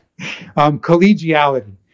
Collegiality